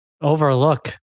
overlook